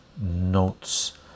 notes